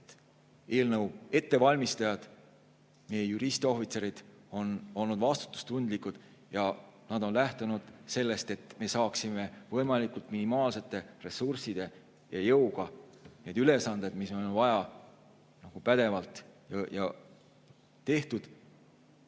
Eelnõu ettevalmistajad, meie juristohvitserid, on olnud vastutustundlikud ja nad on lähtunud sellest, et me saaksime võimalikult minimaalse ressursi ja jõuga need ülesanded, mis on vaja, pädevalt tehtud